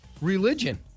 Religion